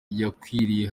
yakwiriye